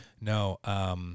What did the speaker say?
No